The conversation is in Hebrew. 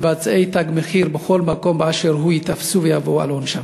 שמבצעי "תג מחיר" בכל מקום שהוא ייתפסו ויבואו על עונשם.